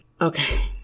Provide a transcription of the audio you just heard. Okay